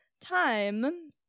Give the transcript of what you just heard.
time